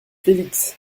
félix